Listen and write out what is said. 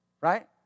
Right